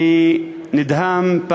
אני נדהם.